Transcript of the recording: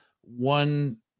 one